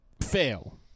fail